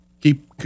keep